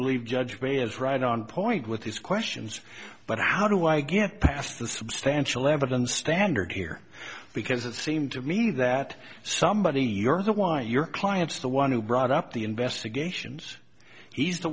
believe judge greer is right on point with these questions but how do i get past the substantial evidence standard here because it seemed to me that somebody your thought why your client's the one who brought up the investigations he's the